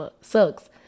sucks